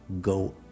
go